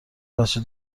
بچه